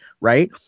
right